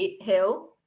Hill